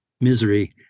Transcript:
Misery